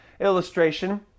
illustration